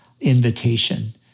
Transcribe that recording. invitation